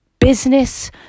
business